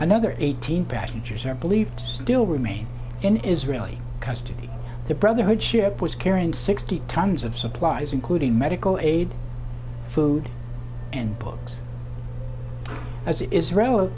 another eighteen passengers are believed to still remain in israeli custody the brotherhood ship was carrying sixty tons of supplies including medical aid food and books as israel